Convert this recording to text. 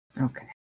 Okay